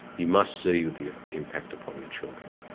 you must see the impact upon your children.